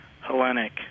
Hellenic